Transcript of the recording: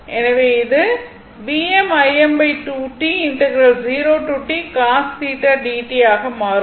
எனவே இது ஆக மாறும்